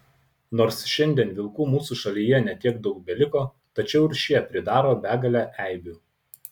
nors šiandien vilkų mūsų šalyje ne tiek daug beliko tačiau ir šie pridaro begalę eibių